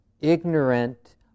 ignorant